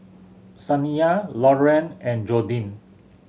Saniyah Lauren and Jordin